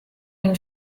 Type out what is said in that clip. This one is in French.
une